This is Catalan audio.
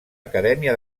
acadèmia